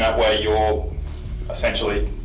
way you're essentially.